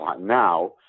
now